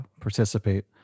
participate